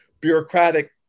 bureaucratic